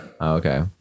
okay